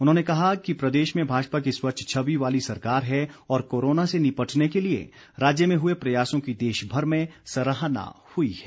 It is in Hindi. उन्होंने कहा है कि प्रदेश में भाजपा की स्वच्छ छवि वाली सरकार है और कोरोना से निपटने के लिए राज्य में हए प्रयासों की देश भर में सराहना हुई है